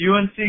UNC